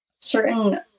certain